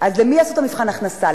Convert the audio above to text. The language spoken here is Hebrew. אז למי יעשו את מבחן ההכנסה,